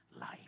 life